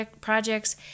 projects